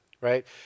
right